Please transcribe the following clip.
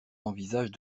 envisagent